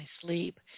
sleep